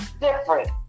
different